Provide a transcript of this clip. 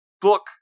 book